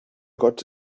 gott